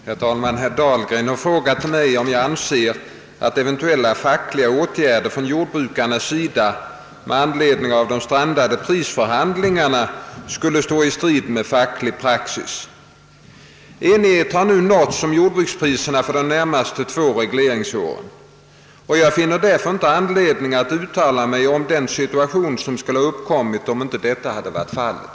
Herr talman! Herr Dahlgren har frågat mig, om jag anser att eventuella fackliga åtgärder från jordbrukarnas sida, med anledning av de strandade prisförhandlingarna, skulle stå i strid mot facklig praxis. Enighet har nu nåtts om jordbruks priserna för de närmaste två regleringsåren. Jag finner därför inte anledning att uttala mig om den situation som skulle uppkommit om detta inte varit fallet.